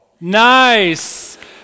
Nice